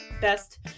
Best